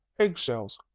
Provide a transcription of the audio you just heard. egg-shells!